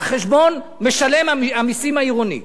על חשבון משלם המסים העירוני,